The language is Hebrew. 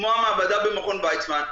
כמו המעבדה במכון וייצמן.